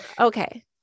okay